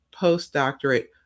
postdoctorate